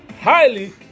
highly